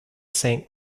saint